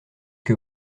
que